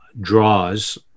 draws